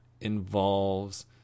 involves